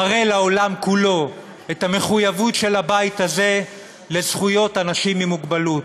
מראה לעולם כולו את המחויבות של הבית הזה לזכויות אנשים עם מוגבלות.